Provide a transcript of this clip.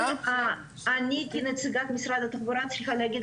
אני כנציגת משרד התחבורה צריכה להגיד